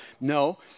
No